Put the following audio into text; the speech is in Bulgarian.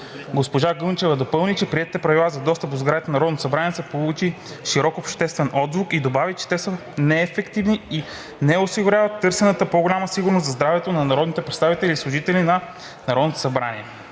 Госпожа Гунчева допълни, че приетите правила за достъп до сградите на Народното събрание са получили широк обществен отзвук и добави, че те са неефективни и не осигуряват търсената по-голяма сигурност за здравето на народните представители и служителите на